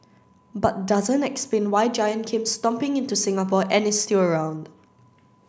but doesn't explain why Giant came stomping into Singapore and is still around